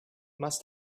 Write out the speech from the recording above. must